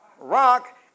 Rock